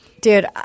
Dude